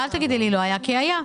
אל תגידי שלא היה כי היה.